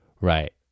Right